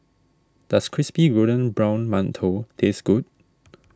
does Crispy Golden Brown Mantou taste good